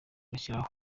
agashyira